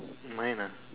mine lah